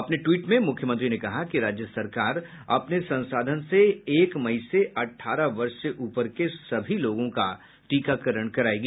अपने ट्वीट में मुख्यमंत्री ने कहा कि राज्य सरकार अपने संसाधन से एक मई से अठारह वर्ष से ऊपर के सभी लोगों को टीकाकरण करायेगी